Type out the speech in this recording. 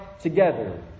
together